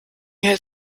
hält